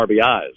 RBIs